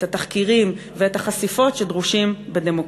את התחקירים ואת החשיפות שדרושים בדמוקרטיה.